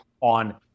on